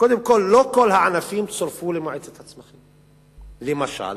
קודם כול, לא כל הענפים צורפו למועצת הצמחים, למשל